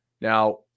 Now